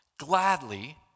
gladly